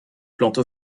plantes